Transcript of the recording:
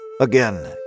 Again